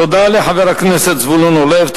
תודה לחבר הכנסת זבולון אורלב.